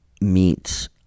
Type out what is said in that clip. meets